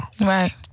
Right